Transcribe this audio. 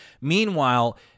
Meanwhile